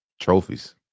Trophies